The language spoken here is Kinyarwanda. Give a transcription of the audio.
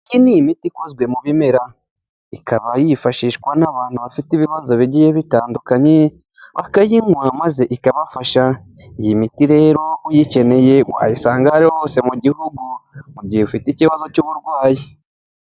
Ikindi ni imiti ikozwe mu bimera. Ikaba yifashishwa n'abantu bafite ibibazo bigiye bitandukanye, bakayinywa maze ikabafasha. Iyi miti rero uyikeneye wayisanga ariho hose mu gihugu mu gihe ufite ikibazo cy'uburwayi.